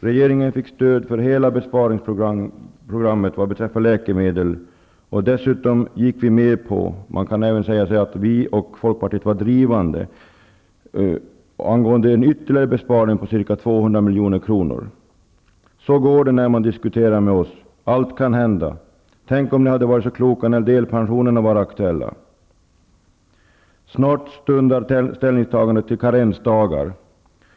Regeringen fick stöd för hela besparingsprogrammet vad beträffar läkemedel, och dessutom gick vi med på -- man kan säga att Ny demokrati och Folkpartiet var pådrivande -- en ytterligare besparing på ca 220 milj.kr. Så går det när man diskuterar med oss. Allt kan hända. Tänk om ni hade varit så kloka när delpensionerna var aktuella! Snart stundar ställningstagandet till karensdagar.